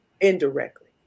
indirectly